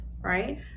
right